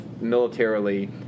militarily